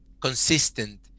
consistent